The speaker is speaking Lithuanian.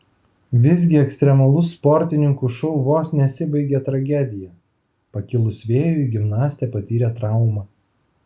visgi ekstremalus sportininkų šou vos nesibaigė tragedija pakilus vėjui gimnastė patyrė traumą